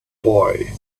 boy